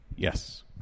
Yes